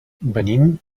venim